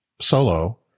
solo